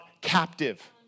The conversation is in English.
Captive